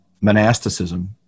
monasticism